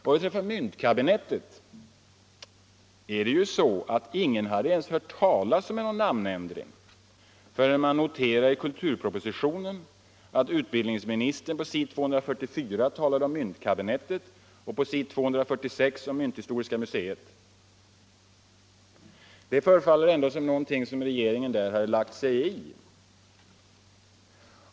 Vad beträffar myntkabinettet är det ju så att ingen hade ens hört talas om någon namnändring förrän man noterade i kulturpropositionen att utbildningsministern på s. 244 talade om myntkabinettet och på s. 246 om mynthistoriska museet. Det förefaller om något som om regeringen här hade lagt sig i.